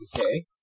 Okay